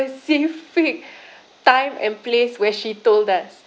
specific time and place where she told us